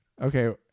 okay